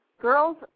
girls